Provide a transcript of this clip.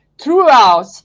throughout